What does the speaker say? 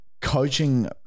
Coaching